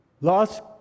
last